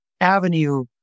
avenue